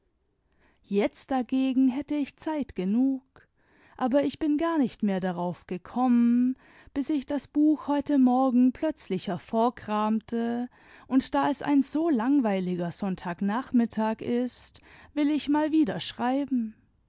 jetzt dagegen hätte ich zeit genug aber ich bin gar nicht mehr darauf gekommen bis ich das buch heute morgen plötzlich hervorkramte imd da es ein so langweiliger sonntag nachmittag ist will ich mal wieder schreiben